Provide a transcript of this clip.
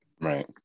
right